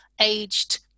aged